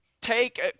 take